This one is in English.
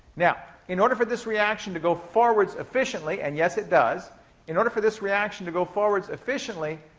now, in order for this reaction to go forwards efficiently and, yes, it does in order for this reaction to go forwards efficiently,